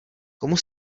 komu